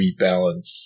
rebalance